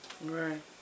right